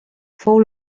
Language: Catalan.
fou